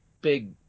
big